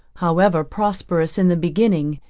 however prosperous in the beginning,